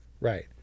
Right